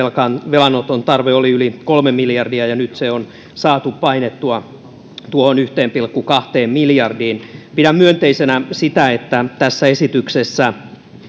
velanoton tarve oli yli kolme miljardia ja nyt se on saatu painettua tuohon yhteen pilkku kahteen miljardiin pidän myönteisenä sitä että tässä esityksessä